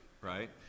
right